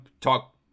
Talk